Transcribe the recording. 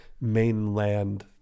mainland